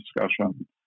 discussion